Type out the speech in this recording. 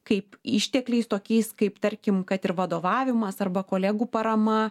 kaip ištekliais tokiais kaip tarkim kad ir vadovavimas arba kolegų parama